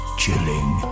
chilling